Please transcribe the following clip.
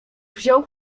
wziął